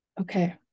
okay